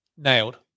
nailed